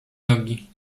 nogi